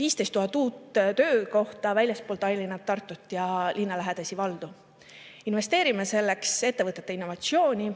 15 000 uut töökohta väljaspool Tallinna, Tartut ja linnalähedasi valdu. Investeerime selleks ettevõtete innovatsiooni